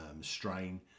strain